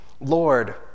Lord